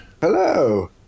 hello